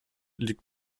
liegt